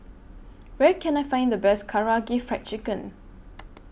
Where Can I Find The Best Karaage Fried Chicken